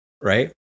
right